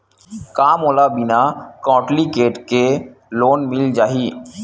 का मोला बिना कौंटलीकेट के लोन मिल जाही?